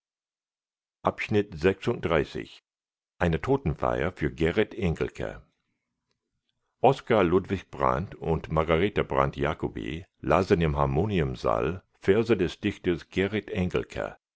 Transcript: volks-zeitung eine totenfeier für gerrit engelke oskar ludwig brandt und margarete brandt-jacoby lasen im harmoniumsaal verse des